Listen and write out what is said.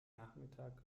nachmittag